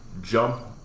jump